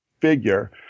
figure